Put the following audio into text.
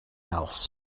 else